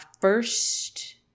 first